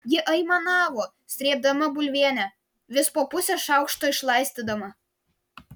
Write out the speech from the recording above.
ji aimanavo srėbdama bulvienę vis po pusę šaukšto išlaistydama